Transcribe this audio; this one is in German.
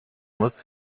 muss